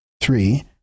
Three